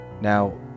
Now